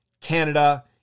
Canada